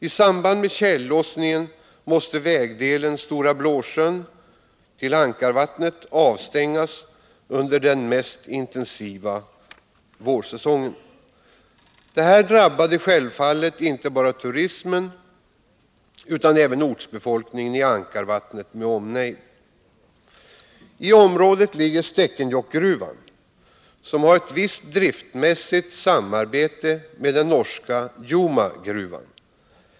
I samband med tjällossningen måste vägdelen Stora Blåsjön-Ankarvattnet avstängas under den mest intensiva vårsäsongen. Detta drabbade självfallet inte bara turismen utan även ortsbefolkningen i Ankarvattnet med omnejd. I området ligger Stekenjokkgruvan, som har ett visst driftmässigt samarbete med den norska Jomagruvan.